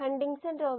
5 ആണ്